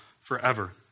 forever